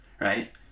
right